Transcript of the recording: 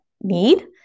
need